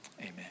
Amen